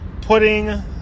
putting